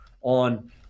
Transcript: on